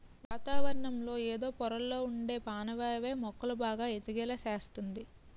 వాతావరణంలో ఎదో పొరల్లొ ఉండే పానవాయువే మొక్కలు బాగా ఎదిగేలా సేస్తంది